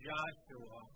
Joshua